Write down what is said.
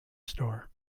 store